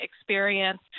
experience